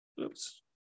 Oops